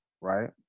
right